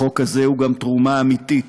החוק הזה הוא גם תרומה אמיתית